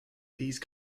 these